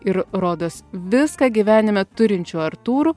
ir rodos viską gyvenime turinčiu artūru